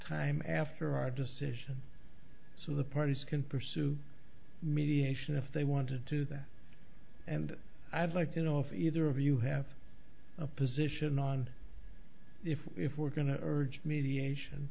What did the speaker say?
time after our decision so the parties can pursue mediation if they wanted to do that and i'd like to know if either of you have a position and if we're going to urge mediation